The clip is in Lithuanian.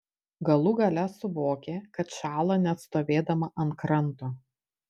galų gale suvokė kad šąla net stovėdama ant kranto